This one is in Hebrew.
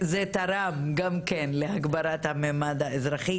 זה תרם גם כן להגברת המימד האזרחי,